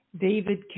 David